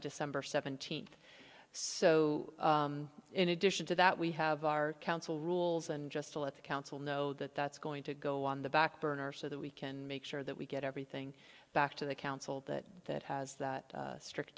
december seventeenth so in addition to that we have our council rules and just let the council know that that's going to go on the back burner so that we can make sure that we get everything back to the council that has that strict